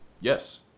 Yes